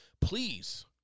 please